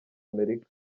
amerika